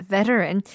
Veteran